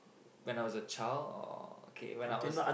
when I was a child or K when I was a